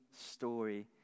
story